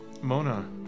Mona